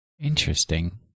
interesting